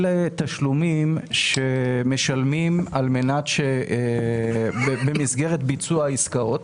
אלה תשלומים שמשלמים במסגרת ביצוע העסקאות.